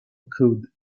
could